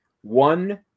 one